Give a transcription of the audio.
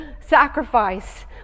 sacrifice